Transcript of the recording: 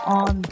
on